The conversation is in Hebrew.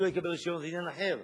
אם הוא לא יקבל רשיון זה עניין אחר,